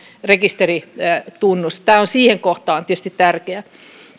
rekisteritunnus tämä on siihen kohtaan tietysti tärkeä